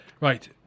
Right